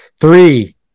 three